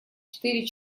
четыре